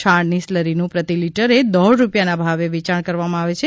છાણની સ્લરીનું પ્રતિ લિટરે દોઢ રૂપિયાના ભાવે વેચાણ કરવામાં આવે છે